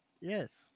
Yes